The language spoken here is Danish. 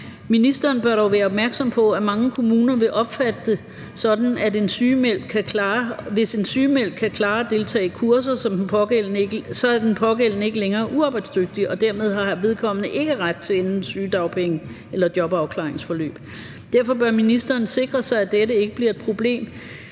Ministeren bør dog være opmærksom på, at mange kommuner vil opfatte det sådan, at hvis en sygemeldt kan klare at deltage i kurser, er den pågældende ikke længere uarbejdsdygtig, og dermed har vedkommende ikke ret til enten sygedagpenge eller jobafklaringsforløb. Derfor bør ministeren sikre sig, at dette ikke bliver et problem,